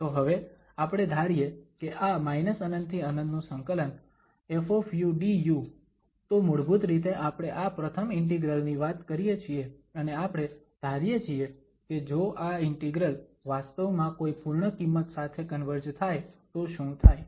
તો હવે આપણે ધારીએ કે આ ∞∫∞ ¿ƒ∨du તો મૂળભૂત રીતે આપણે આ પ્રથમ ઇન્ટિગ્રલ ની વાત કરીએ છીએ અને આપણે ધારીએ છીએ કે જો આ ઇન્ટિગ્રલ વાસ્તવમાં કોઈ પૂર્ણ કિંમત સાથે કન્વર્જ થાય તો શું થાય